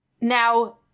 Now